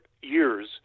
years